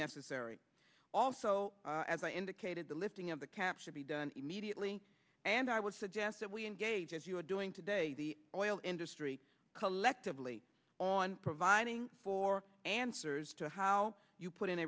necessary also as i indicated the lifting of the cap should be done immediately and i would suggest that we engage as you are doing today the oil industry collectively on providing for answers to how you put in